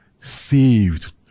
saved